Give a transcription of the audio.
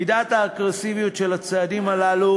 מידת האגרסיביות של הצעדים הללו